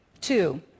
Two